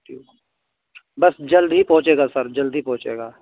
ٹھیک بس جلد ہی پہنچے گا سر جلد ہی پہنچے گا